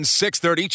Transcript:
6.30